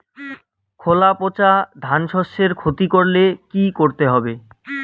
খোলা পচা ধানশস্যের ক্ষতি করলে কি করতে হবে?